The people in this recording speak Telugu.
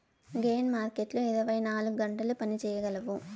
గెయిన్ మార్కెట్లు ఇరవై నాలుగు గంటలు పని చేయగలవు